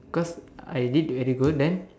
cause I did very good then